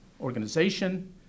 organization